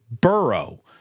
Burrow